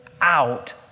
out